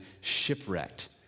shipwrecked